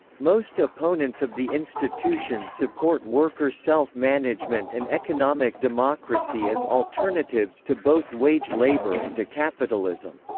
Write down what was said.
most opponents of the institution support worker self-management and economic democracy as alternatives to both wage labour and to capitalism.